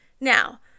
now